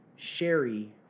Sherry